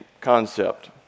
concept